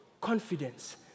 confidence